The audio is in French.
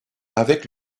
avec